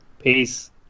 Peace